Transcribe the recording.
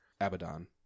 Abaddon